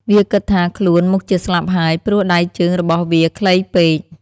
វាគិតថាខ្លួនមុខជាស្លាប់ហើយ ព្រោះដៃជើងរបស់វាខ្លីពេក។